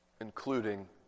Including